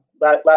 last